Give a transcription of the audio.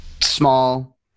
small